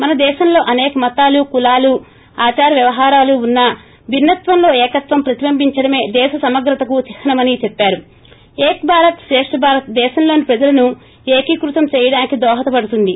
మన దేశంలో అసేక మతాలు కులాలు ఆచార వ్యవహారాలు ఉన్నా భిన్న త్వంలో ఏకత్వం ప్రతిబింబించడమే దేశ సమగ్రతకు చిహ్న మని ది ప్రజలను ఏక భారత్ శ్రేష్ణ భారత్ దేశంలోని ప్రజలను ఏకీకృతం చెయ్యడానికి దోహదపడుతుంది